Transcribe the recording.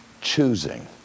choosing